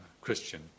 Christian